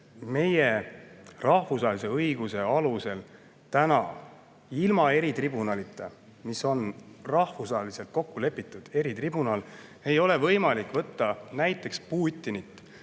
ole rahvusvahelise õiguse alusel ilma eritribunalita, mis on rahvusvaheliselt kokku lepitud eritribunal, võimalik võtta näiteks Putinit,